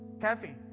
Kathy